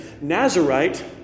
Nazarite